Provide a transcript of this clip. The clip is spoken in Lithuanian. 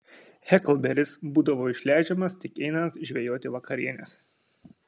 heklberis būdavo išleidžiamas tik einant žvejoti vakarienės